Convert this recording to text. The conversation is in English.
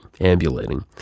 ambulating